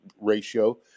ratio